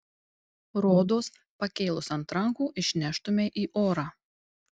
rodos pakėlus ant rankų išneštumei į orą